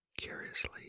Curiously